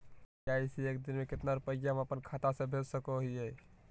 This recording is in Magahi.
यू.पी.आई से एक दिन में कितना रुपैया हम अपन खाता से भेज सको हियय?